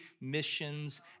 missions